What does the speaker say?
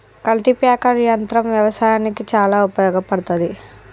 cultipacker యంత్రం వ్యవసాయానికి చాలా ఉపయోగపడ్తది